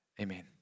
Amen